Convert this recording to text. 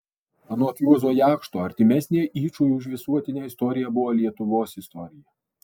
anot juozo jakšto artimesnė yčui už visuotinę istoriją buvo lietuvos istorija